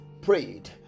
prayed